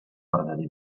verdader